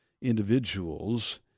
individuals